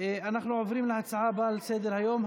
אנחנו עוברים להצעה הבאה על סדר-היום.